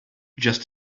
just